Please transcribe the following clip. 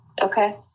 Okay